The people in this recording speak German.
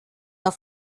auf